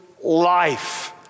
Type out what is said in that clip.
life